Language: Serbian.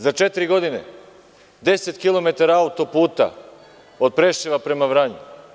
Za četiri godine 10 kilometara autoputa, od Preševa prema Vranju.